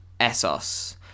Essos